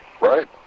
Right